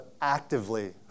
actively